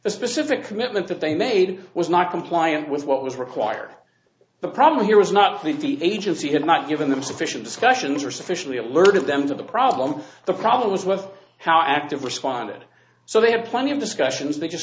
the specific commitment that they made was not compliant with what was required the problem here was not the agency had not given them sufficient discussions or sufficiently alerted them to the problem the problem was with how active responded so they had plenty of discussions they